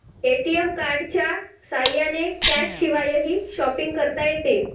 ATM कार्डच्या साह्याने कॅशशिवायही शॉपिंग करता येते